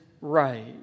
right